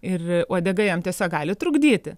ir uodega jam tiesiog gali trukdyti